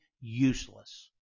useless